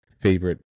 favorite